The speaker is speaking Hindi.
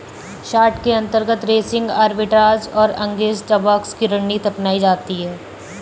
शार्ट के अंतर्गत रेसिंग आर्बिट्राज और अगेंस्ट द बॉक्स की रणनीति अपनाई जाती है